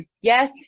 Yes